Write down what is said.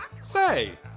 Say